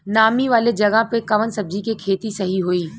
नामी वाले जगह पे कवन सब्जी के खेती सही होई?